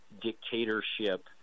dictatorship